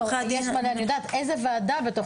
איזו ועדה?